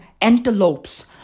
antelopes